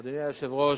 אדוני היושב-ראש,